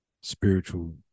spiritual